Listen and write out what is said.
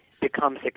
becomes